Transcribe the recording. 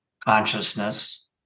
consciousness